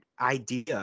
idea